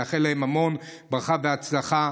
לאחל להם המון ברכה והצלחה.